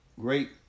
Great